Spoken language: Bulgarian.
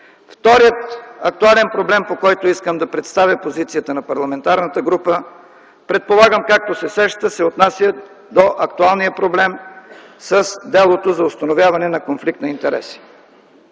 Вторият актуален проблем, по който искам да представя позицията на парламентарната група, предполагам, както се сещате, се отнася до актуалния проблем с делото за установяване на конфликт на интереси.